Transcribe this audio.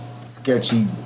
sketchy